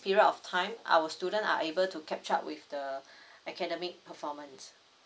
period of time our students are able to catch up with the academic performance